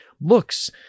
looks